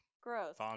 Gross